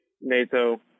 Nato